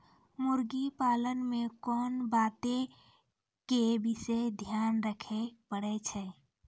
मुर्गी पालन मे कोंन बातो के विशेष ध्यान रखे पड़ै छै?